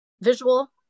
visual